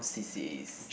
c_c_as